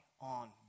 on